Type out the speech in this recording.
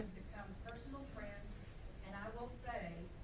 become personal friends and i will say,